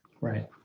Right